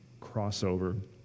crossover